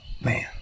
man